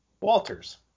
Walter's